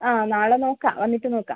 ആ നാളെ നോക്കാം വന്നിട്ട് നോക്കാം